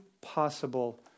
possible